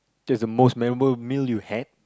there's a most memorable meal you had